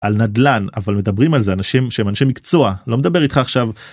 על נדלן - אבל מדברים על זה אנשים שהם אנשים מקצוע - לא מדבר איתך עכשיו.